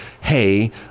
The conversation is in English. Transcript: hey